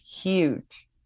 huge